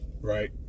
Right